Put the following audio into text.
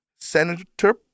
Senator